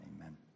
amen